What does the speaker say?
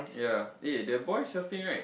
ya eh the boy surfing right